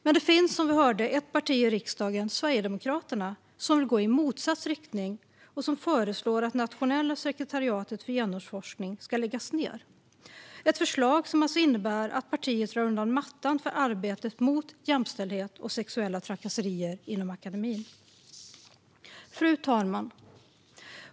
Men som vi hörde finns det ett parti i riksdagen, Sverigedemokraterna, som vill gå i motsatt riktning och som föreslår att Nationella sekretariatet för genusforskning ska läggas ned. Det är ett förslag som alltså innebär att partiet drar undan mattan för arbetet med jämställdhet och mot sexuella trakasserier inom akademin. Fru talman!